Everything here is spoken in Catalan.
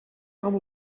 amb